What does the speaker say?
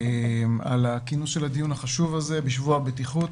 על כינוס הדיון החשוב הזה בשבוע הבטיחות,